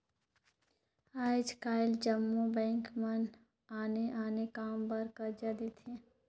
आएज काएल जम्मो बेंक मन आने आने काम बर करजा देथे